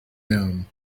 known